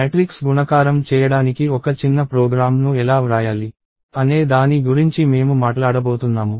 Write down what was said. matrix గుణకారం చేయడానికి ఒక చిన్న ప్రోగ్రామ్ను ఎలా వ్రాయాలి అనే దాని గురించి మేము మాట్లాడబోతున్నాము